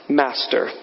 master